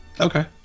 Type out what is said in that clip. Okay